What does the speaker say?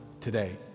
today